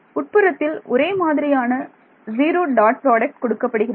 உட்புறத்தில் ஒரே மாதிரியான ஜீரோ டாட் ப்ராடக்ட் கொடுக்கப்படுகிறது